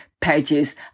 pages